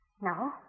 No